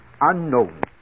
unknown